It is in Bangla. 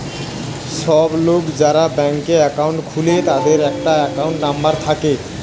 সব লোক যারা ব্যাংকে একাউন্ট খুলে তাদের একটা একাউন্ট নাম্বার থাকে